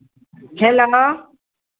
खेलना